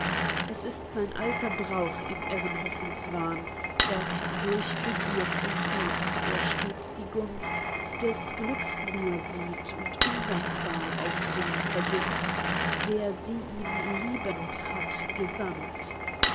es ist sein alter brauch im irren hoffnungswahn daß durch begierd entflammt er stets die gunst des glücks nur sieht und undankbar auf den vergißt der sie ihm liebend hat gesandt